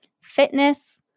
fitness